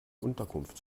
unterkunft